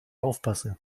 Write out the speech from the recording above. aufpasse